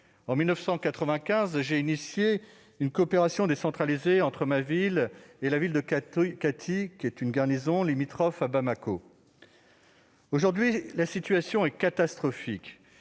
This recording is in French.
En 1995, j'ai initié une coopération décentralisée entre ma ville et celle de Kati, limitrophe de Bamako. Aujourd'hui, la situation y est catastrophique.